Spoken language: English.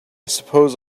suppose